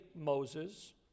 Moses